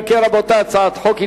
אם כן, רבותי, הצעת החוק התקבלה.